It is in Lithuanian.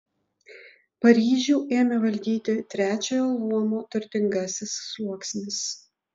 paryžių ėmė valdyti trečiojo luomo turtingasis sluoksnis